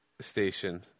station